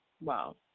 Wow